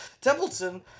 Templeton